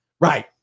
right